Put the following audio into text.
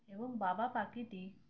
এবং বাবা পাখিটি